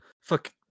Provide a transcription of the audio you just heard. fuck